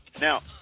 Now